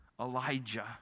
Elijah